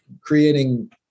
Creating